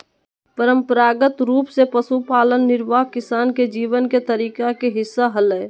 परंपरागत रूप से पशुपालन निर्वाह किसान के जीवन के तरीका के हिस्सा हलय